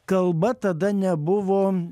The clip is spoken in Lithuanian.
kalba tada nebuvo